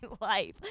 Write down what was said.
life